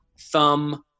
thumb